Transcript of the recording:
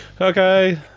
Okay